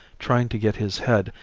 trying to get his head,